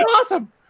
awesome